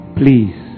please